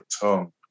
tongue